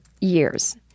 years